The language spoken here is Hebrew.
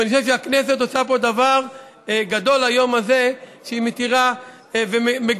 ואני חושב שהכנסת עושה פה דבר גדול ביום הזה שהיא מתירה ומגלה